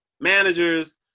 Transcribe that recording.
managers